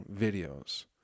videos